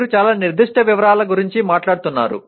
మీరు చాలా నిర్దిష్ట వివరాల గురించి మాట్లాడుతున్నారు